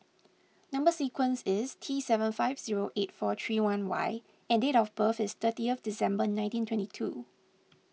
Number Sequence is T seven five zero eight four three one Y and date of birth is thirtieth December nineteen twenty two